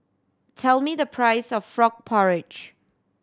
tell me the price of frog porridge